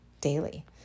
daily